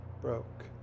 broke